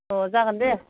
अह जागोन दे